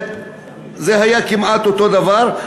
זה היה כמעט אותו דבר.